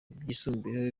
byisumbuyeho